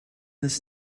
this